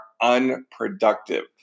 unproductive